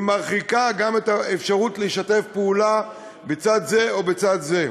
מרחיקה גם את האפשרות לשתף פעולה בצד זה או בצד זה.